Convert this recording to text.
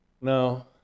No